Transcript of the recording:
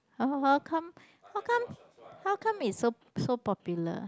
oh how come how come how come it's so so popular